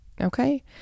Okay